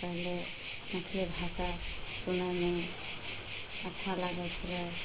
पहिले मैथिली भाषा सुनयमे अच्छा लागै छलै